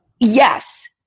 Yes